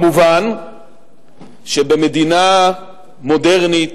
מובן שבמדינה מודרנית,